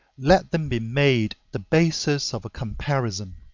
let them be made the basis of a comparison,